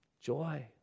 Joy